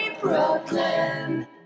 Brooklyn